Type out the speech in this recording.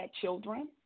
children